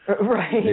Right